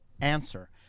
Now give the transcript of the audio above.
answer